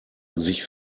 sich